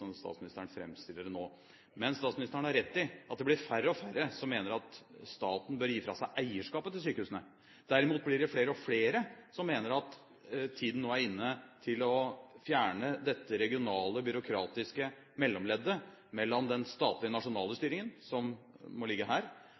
statsministeren framstiller det nå. Men statsministeren har rett i at det blir færre og færre som mener at staten bør gi fra seg eierskapet til sykehusene. Derimot blir det flere og flere som mener at tiden nå er inne til å fjerne dette regionale, byråkratiske mellomleddet mellom den statlige, nasjonale styringen, som må ligge her,